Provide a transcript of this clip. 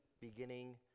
beginning